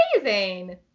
amazing